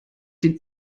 den